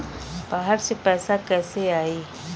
बाहर से पैसा कैसे आई?